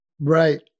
Right